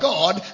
God